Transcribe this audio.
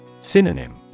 Synonym